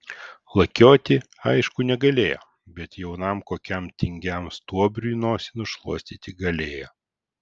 lakioti aišku negalėjo bet jaunam kokiam tingiam stuobriui nosį nušluostyti galėjo